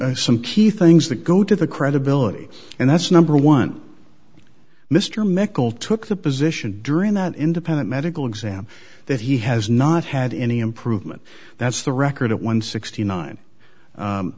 some key things that go to the credibility and that's number one mr mickel took the position during that independent medical exam that he has not had any improvement that's the record of one